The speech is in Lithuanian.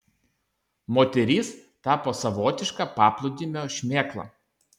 moteris tapo savotiška paplūdimio šmėkla